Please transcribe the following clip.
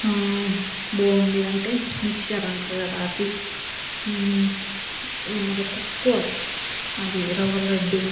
బూంది అంటే మిక్చర్ అంటారు కదా అది మళ్ళీ తక్కువ అది రవ్వలడ్డు